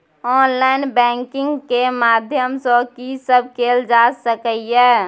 Online banking के माध्यम सं की सब कैल जा सके ये?